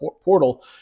portal